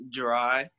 dry